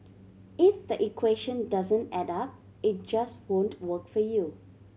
if the equation doesn't add up it just won't work for you